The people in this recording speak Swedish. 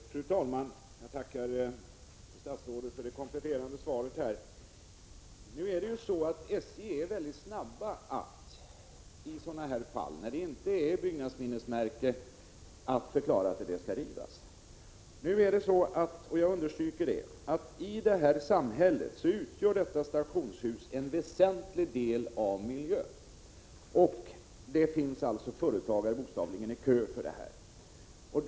Fru talman! Jag tackar statsrådet för det kompletterande svaret. Inom SJ är man mycket snar med att besluta om att en stationsbyggnad skall rivas, om den inte är förklarad som byggnadsminnesmärke. Jag vill understryka att detta stationshus i det här samhället utgör en väsentlig del av miljön, och det finns alltså företagare som bokstavligen står i kö för att få använda huset.